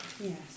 Yes